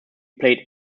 played